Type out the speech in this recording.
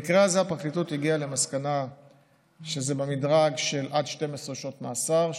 במקרה הזה הפרקליטות הגיעה למסקנה שזה במדרג של עד 12 שנות מאסר,